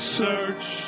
search